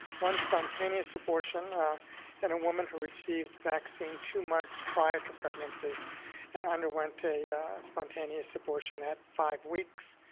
one spontaneous abortion in a woman who received vaccine two months prior to pregnancy and underwent a spontaneous abortion at five weeks,